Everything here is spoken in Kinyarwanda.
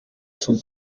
cuba